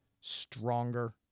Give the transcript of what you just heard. stronger